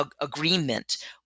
agreement